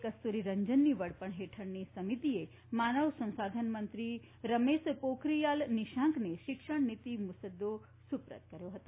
કસ્તુરીરંજનની વડપણ હેઠળની સમિતિએ માનવ સંસાધન મંત્રી રમેશ પોખરીયા નિશાંકને શિક્ષણ નીતિ મુસદ્દો સુપરત કર્યો હતો